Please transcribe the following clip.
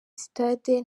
sitade